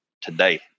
today